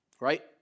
right